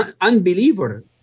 unbeliever